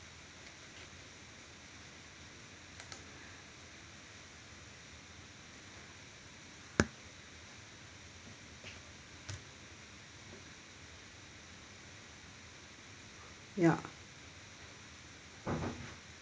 ya